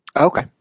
Okay